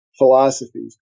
philosophies